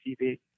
TV